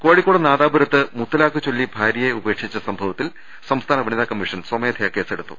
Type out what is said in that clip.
കോഴിക്കോട് നാദാപുരത്ത് മുത്തലാഖ് ചൊല്ലി ഭാര്യയെ ഉപേ ക്ഷിച്ച സംഭവത്തിൽ സംസ്ഥാന വനിതാ കമ്മീഷൻ സ്വമേധയാ കേസെടുത്തു